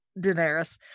Daenerys